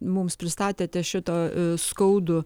mums pristatėte šitą skaudų